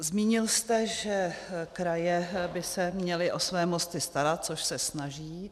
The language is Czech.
Zmínil jste, že kraje by se měly o své mosty starat, což se snaží.